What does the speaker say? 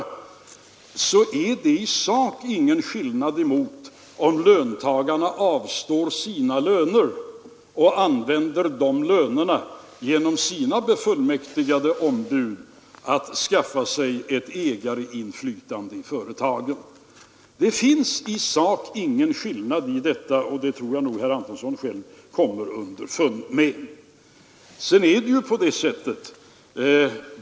I sak är det ingen skillnad mellan detta och om löntagarna avstår från en del av sina löner och använder dessa pengar till att genom sina befullmäktigade ombud skaffa sig ett ägarinflytande i företagen. Det finns i sak ingen 113 skillnad, och det tror jag nog att herr Antonsson själv kommer underfund med.